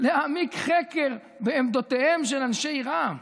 להעמיק חקר בעמדותיהם של אנשי רע"מ.